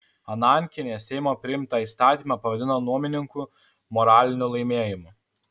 anankienė seimo priimtą įstatymą pavadino nuomininkų moraliniu laimėjimu